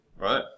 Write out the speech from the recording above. Right